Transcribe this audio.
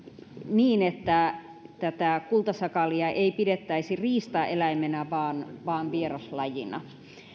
niin että tätä kultasakaalia ei pidettäisi riistaeläimenä vaan vaan vieraslajina